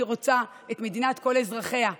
היא רוצה את מדינת כל אזרחיה,